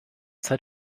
zeit